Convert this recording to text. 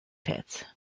pits